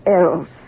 else